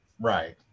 Right